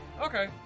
Okay